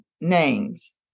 names